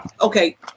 okay